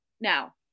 Now